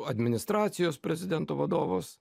administracijos prezidento vadovas